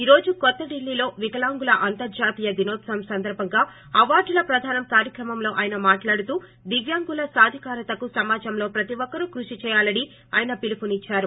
ఈ రోజు కొత్త డిల్లీలో వికలాంగుల అంతర్హత్య దినోత్సవం సందర్భంగా అవార్డుల ప్రధానం కార్యక్రమంలో ఆయన మాట్లాడుతూ దివ్యాంగుల సాధికారతకు సమాజంలో ప్రతి ఒక్కరు కృషి చెయ్యాలని ఆయన పిలుపునిచ్చారు